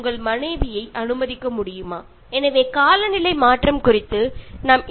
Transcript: നമ്മൾ ഇനിയെങ്കിലും ഒരു കാലാവസ്ഥ സംരക്ഷണത്തിന് തയ്യാറായില്ലെങ്കിൽ ഇതൊക്കെ നേരിടേണ്ടി വരാം